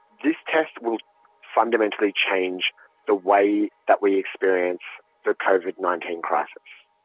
this test will fundamentally change the way that we experience the covid nineteen crisis.